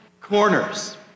corners